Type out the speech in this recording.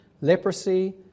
leprosy